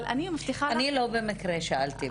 אבל אני מבטיחה לך --- אני לא במקרה שאלתי,